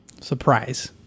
Surprise